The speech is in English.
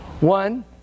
One